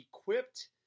equipped